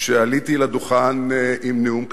שעליתי לדוכן עם נאום כתוב.